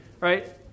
right